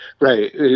Right